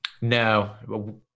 No